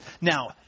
Now